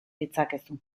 ditzakezu